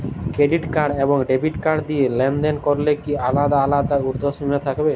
Credit card এবং debit card দিয়ে লেনদেন করলে কি আলাদা আলাদা ঊর্ধ্বসীমা থাকবে?